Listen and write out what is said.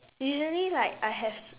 usually like I have